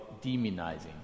demonizing